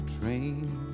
train